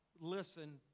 listen